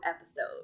episode